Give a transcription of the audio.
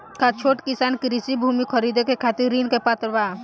का छोट किसान कृषि भूमि खरीदे के खातिर ऋण के पात्र बा?